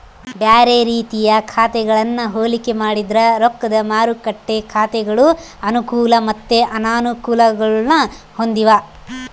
ಬ್ಯಾರೆ ರೀತಿಯ ಖಾತೆಗಳನ್ನ ಹೋಲಿಕೆ ಮಾಡಿದ್ರ ರೊಕ್ದ ಮಾರುಕಟ್ಟೆ ಖಾತೆಗಳು ಅನುಕೂಲ ಮತ್ತೆ ಅನಾನುಕೂಲಗುಳ್ನ ಹೊಂದಿವ